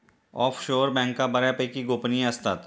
offshore बँका बऱ्यापैकी गोपनीय असतात